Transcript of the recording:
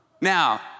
Now